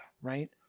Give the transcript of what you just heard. Right